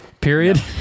period